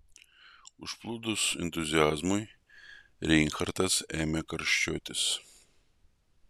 užplūdus entuziazmui reinhartas ėmė karščiuotis